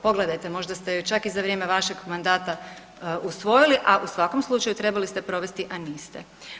Pogledajte možda ste je čak i za vrijeme vašeg mandata usvojili, a u svakom slučaju trebali ste provesti a niste.